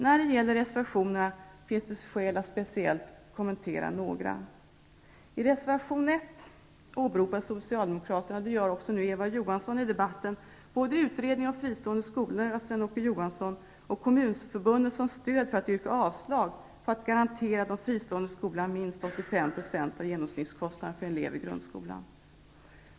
När det gäller reservationerna finns det skäl att speciellt kommentera några. liksom Eva Johansson nu i debatten -- både utredningen om fristående skolor av Sven-Åke Johansson och Kommunförbundet som stöd för att yrka avslag på förslaget att den fristående skolan skall garanteras minst 85 % av genomsnittskostnaden för en elev i grundskolan.